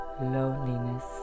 loneliness